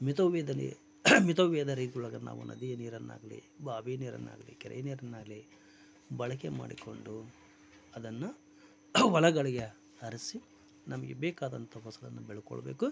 ಮಿತವ್ಯಯದಲ್ಲಿ ಮಿತವ್ಯಯದ ರೀತಿಯೊಳಗೆ ನಾವು ನದಿಯ ನೀರನ್ನಾಗಲಿ ಬಾವಿ ನೀರನ್ನಾಗಲಿ ಕೆರೆ ನೀರನ್ನಾಗಲಿ ಬಳಕೆ ಮಾಡಿಕೊಂಡು ಅದನ್ನು ಹೊಲಗಳಿಗೆ ಹರಿಸಿ ನಮಗೆ ಬೇಕಾದಂಥ ಫಸಲನ್ನ ಬೆಳ್ಕೊಳ್ಳಬೇಕು